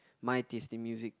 my taste in music